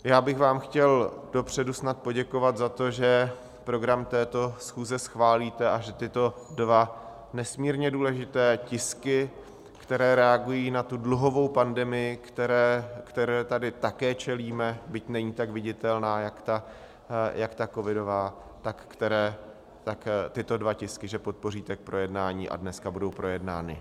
Já bych vám chtěl dopředu snad poděkovat za to, že program této schůze schválíte a že tyto dva nesmírně důležité tisky, které reagují na dluhovou pandemii, které tady také čelíme, byť není tak viditelná jako ta covidová, tak že tyto dva tisky podpoříte k projednání a dneska budou projednány.